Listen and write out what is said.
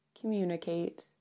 communicate